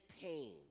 pain